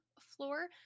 floor